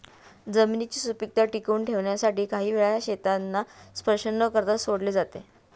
जमिनीची सुपीकता टिकवून ठेवण्यासाठी काही वेळा शेतांना स्पर्श न करता सोडले जाते